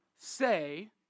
say